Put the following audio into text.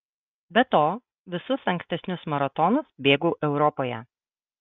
be to visus ankstesnius maratonus bėgau europoje